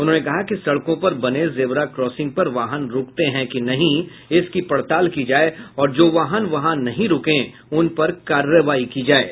उन्होंने कहा कि सड़कों पर बने जेबरा क्रॉसिंग पर वाहन रूकते हैं कि नहीं इसकी पड़ताल की जाये और जो वाहन वहां नहीं रूकें उनपर कार्रवाई की जायेगी